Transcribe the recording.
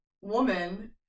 woman